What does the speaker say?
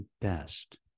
best